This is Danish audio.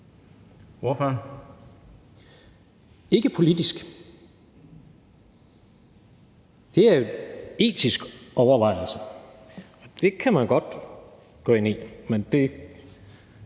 (KD): Ikke politisk. Det er en etisk overvejelse, og det kan man godt gå ind i, men det